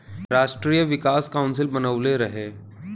राष्ट्रीय विकास काउंसिल बनवले रहे